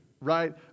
right